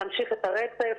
להמשיך את הרצף,